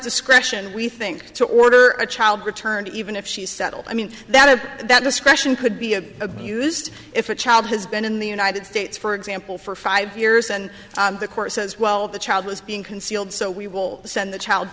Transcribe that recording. discretion we think to order a child returned even if she settled i mean that of that discretion could be a abused if a child has been in the united states for example for five years and the court says well the child was being concealed so we will send the child